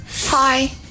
Hi